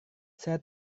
saya